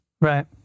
right